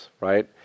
right